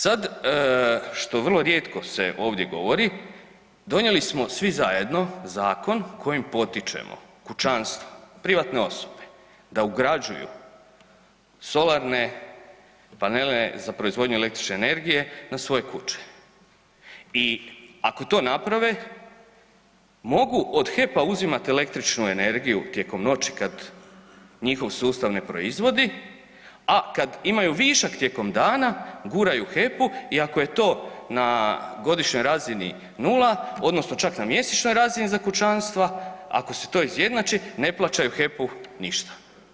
Sad što vrlo rijetko se ovdje govori donijeli smo svi zajedno zakon kojim potičemo kućanstva, privatne osobe da ugrađuju solarne panele za proizvodnju električne energije na svoje kuće i ako to naprave mogu od HEP-a uzimati električnu energiju tijekom noći kad njihov sustav ne proizvodi, a kad imaju višak tijekom dana guraju HEP-u i ako je to na godišnjoj razini nula odnosno čak na mjesečnoj razini za kućanstva, ako se to izjednači ne plaćaju HEP-u ništa.